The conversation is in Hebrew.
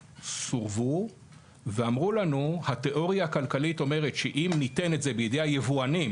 סורבו ואמרו לנו: התיאוריה הכלכלית אומרת שאם ניתן את זה בידי היבואנים